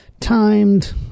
Timed